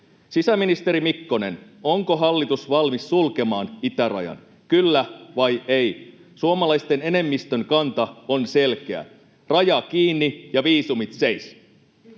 Sisäministeri Mikkonen, onko hallitus valmis sulkemaan itärajan, kyllä vai ei? Suomalaisten enemmistön kanta on selkeä: raja kiinni ja viisumit seis.